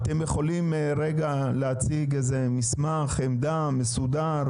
אתם יכולים רגע להציג איזה מסמך עמדה מסודר?